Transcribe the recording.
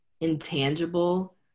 intangible